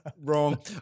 Wrong